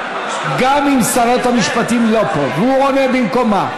גם אם שרת המשפטים לא פה והוא עונה במקומה,